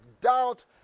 Doubt